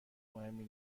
مهمی